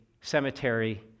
cemetery